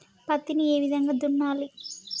పత్తిని ఏ విధంగా దున్నాలి?